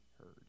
heard